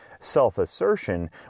Self-assertion